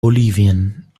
bolivien